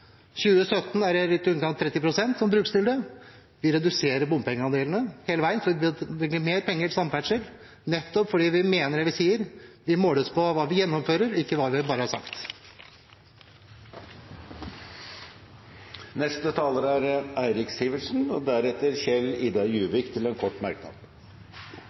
2017 vil det være litt i underkant av 30 pst. Vi reduserer bompengeandelen hele veien og bevilger mer penger til samferdsel, nettopp fordi vi mener det vi sier. Vi måles på hva vi gjennomfører, ikke bare på hva vi har sagt.